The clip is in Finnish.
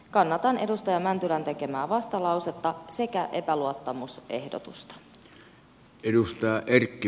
kannatan edustaja mäntylän tekemää vastalausetta sekä epäluottamusehdotusta